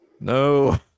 no